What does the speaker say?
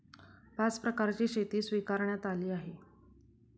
पाच प्रकारची शेती स्वीकारण्यात आली आहे